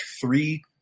three